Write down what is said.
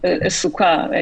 שלום, צוהריים טובים.